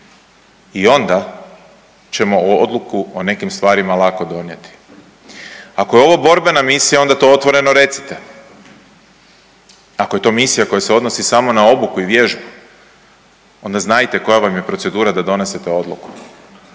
i onda ćemo odluku o nekim stvarima lako donijeti. Ako je ovo borbena misija onda to otvoreno recite, ako je to misija koja se odnosi samo na obuku i vježbu onda znajte koja vam je procedura da donesete odluku.